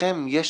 לכם יש